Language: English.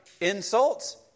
insults